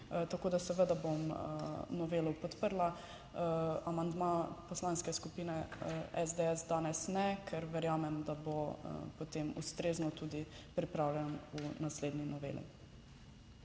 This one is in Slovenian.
Tako da seveda bom novelo podprla. Amandma Poslanske skupine SDS danes ne, ker verjamem, da bo potem ustrezno tudi pripravljen v naslednji noveli.